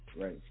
Right